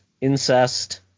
incest